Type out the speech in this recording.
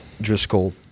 Driscoll